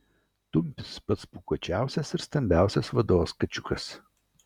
tumis pats pūkuočiausias ir stambiausias vados kačiukas